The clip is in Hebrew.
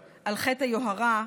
יועז.